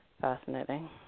Fascinating